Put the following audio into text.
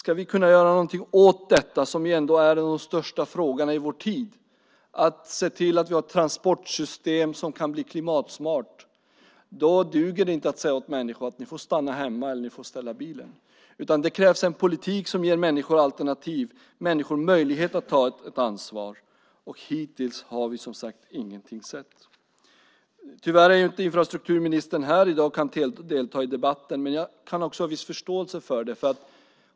Om vi ska kunna göra någonting åt detta, som är en av de största frågorna i vår tid, och se till att vi har ett transportsystem som kan bli klimatsmart duger det inte att säga åt människor att de får stanna hemma eller ställa bilen. Det krävs en politik som ger människor alternativ och möjlighet att ta ett ansvar. Hittills har vi inte sett någonting. Tyvärr är inte infrastrukturministern här i dag och kan delta i debatten. Jag kan också ha en viss förståelse för det.